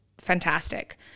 fantastic